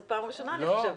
זאת פעם ראשונה, אני חושבת.